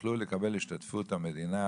יוכלו לקבל השתתפות המדינה